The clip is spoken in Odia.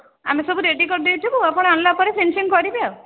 ଆମେ ସବୁ ରେଡ଼ି କରିଦେଇଥିବୁ ଆପଣ ଆସିଲା ପରେ ଫିନିସିଙ୍ଗ କରିବେ ଆଉ